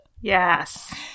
Yes